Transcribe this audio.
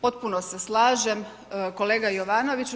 Potpuno se slažem, kolega Jovanoviću.